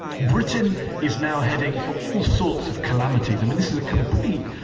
britain is now heading for all sorts of calamities. um and this is a complete.